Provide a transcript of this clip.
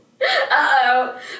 Uh-oh